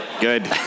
Good